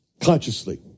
consciously